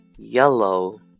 yellow